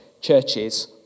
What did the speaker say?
churches